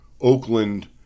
Oakland